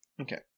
Okay